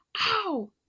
Ow